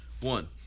one